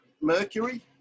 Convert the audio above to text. Mercury